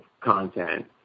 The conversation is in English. content